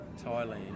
Thailand